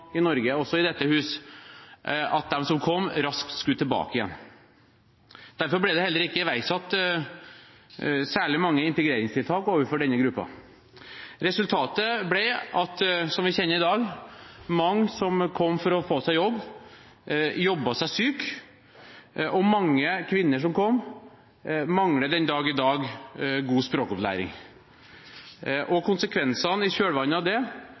i Norge – også i dette hus – at de som kom, raskt skulle tilbake igjen. Derfor ble det heller ikke iverksatt særlig mange integreringstiltak overfor denne gruppa. Resultatet ble, som vi kjenner i dag, at mange som kom for å få seg jobb, jobbet seg syk, og mange kvinner som kom, mangler den dag i dag god språkopplæring. Konsekvensene i kjølvannet av det